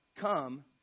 Come